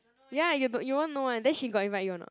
ya you but you won't know [one] then she got invite you or not